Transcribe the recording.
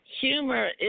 Humor